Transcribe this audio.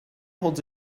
holds